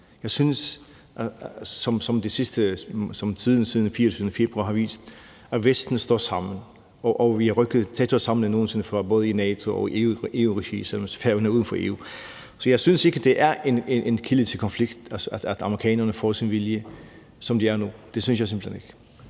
Jeg synes, at tiden siden den 24. februar har vist, at Vesten står sammen, og at vi er rykket tættere sammen end nogen sinde før, både i NATO og i EU-regi, selv om Færøerne er uden for EU. Så jeg synes ikke, at det er en kilde til konflikt, at amerikanerne får sin vilje, sådan som det er nu. Det synes jeg simpelt hen ikke.